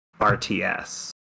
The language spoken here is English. RTS